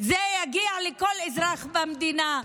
זה יגיע לכל אזרח במדינה.